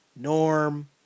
Norm